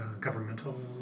governmental